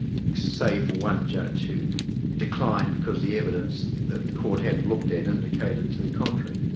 save for one judge who declined because the evidence that the court hadn't looked at indicated to the contrary.